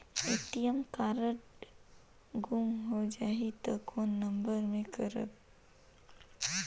ATM card गुम जाही त कौन नम्बर मे करव?